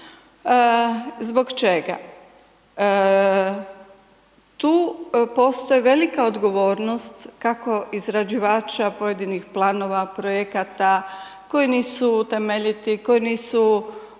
Zbog čega? Tu postoji velika odgovornost kako izrađivača pojedinih planova, projekata koji nisu temeljiti, koji nisu napravljeni